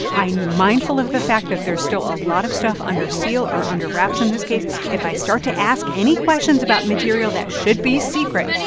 i'm mindful of the fact that there's still a lot of stuff under seal or under wraps in this case. if i start to ask any questions about material that should be secret,